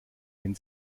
wenn